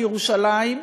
בירושלים,